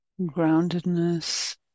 groundedness